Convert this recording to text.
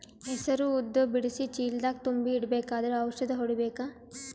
ಹೆಸರು ಉದ್ದ ಬಿಡಿಸಿ ಚೀಲ ದಾಗ್ ತುಂಬಿ ಇಡ್ಬೇಕಾದ್ರ ಔಷದ ಹೊಡಿಬೇಕ?